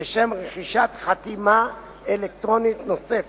לשם רכישת חתימה אלקטרונית נוספת.